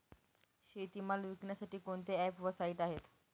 शेतीमाल विकण्यासाठी कोणते ॲप व साईट आहेत?